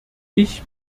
ich